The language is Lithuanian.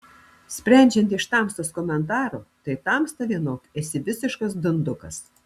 sprendžiant iš tamstos komentaro tai tamsta vienok esi visiškas dundukas